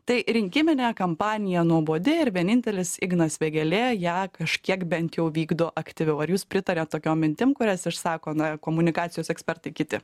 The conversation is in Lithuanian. tai rinkiminė kampanija nuobodi ir vienintelis ignas vėgėlė ją kažkiek bent jau vykdo aktyviau ar jūs pritariat tokiom mintim kurias išsako na komunikacijos ekspertai kiti